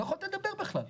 לא יכולת לדבר בכלל.